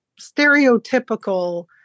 stereotypical